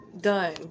Done